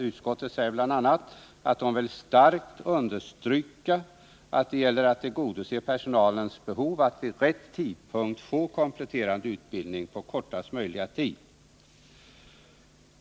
Utskottet säger bl.a. att man starkt vill understryka att det gäller att tillgodose personalens behov att vid rätt tidpunkt få kompletterande utbildning på kortast möjliga tid.